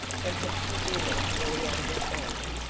perhaps you do not fully understand it.